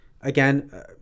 Again